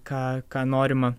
ką ką norima